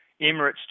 Emirates